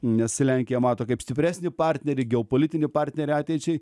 nes lenkiją mato kaip stipresnį partnerį geopolitinį partnerį ateičiai